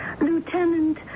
Lieutenant